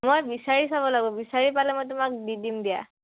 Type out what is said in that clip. মই বিচাৰি চাব লাগিব বিচাৰি পালে মই তোমাক দি দিম দিয়া